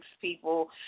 people